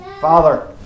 Father